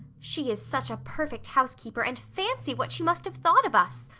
she is such a perfect housekeeper and fancy what she must have thought of us.